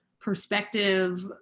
perspective